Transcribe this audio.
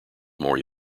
more